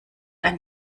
war